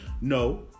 no